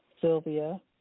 Sylvia